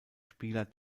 spieler